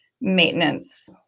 maintenance